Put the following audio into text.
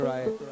Right